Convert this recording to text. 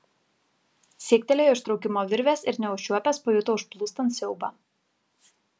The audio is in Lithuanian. siektelėjo ištraukimo virvės ir neužčiuopęs pajuto užplūstant siaubą